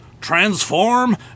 Transform